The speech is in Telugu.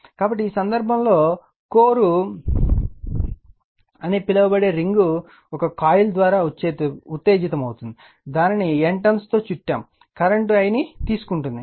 కాబట్టి ఈ సందర్భంలో కోర్ అని పిలువబడే రింగ్ ఒక కాయిల్ ద్వారా ఉత్తేజితమవుతుంది దానిని N టర్న్స్ తో చుట్టాము కరెంట్ I ని తీసుకుంటుంది